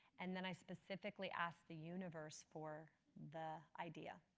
and then i specifically asked the universe for the idea.